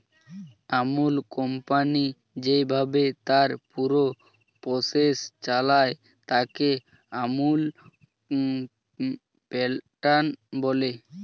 আমূল company যেইভাবে তার পুরো প্রসেস চালায়, তাকে আমূল প্যাটার্ন বলে